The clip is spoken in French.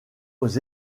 aux